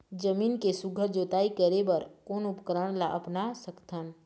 जमीन के सुघ्घर जोताई करे बर कोन उपकरण ला अपना सकथन?